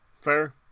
Fair